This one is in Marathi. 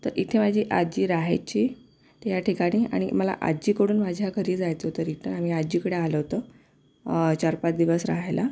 तर इथे माझी आजी राहायची या ठिकाणी आणि मला आजीकडून माझ्या घरी जायचं होतं रिटर्न आम्ही आजीकडे आलो होतो चार पाच दिवस राहायला